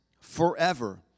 forever